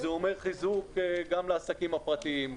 זה אומר חיזוק גם לעסקים הפרטיים,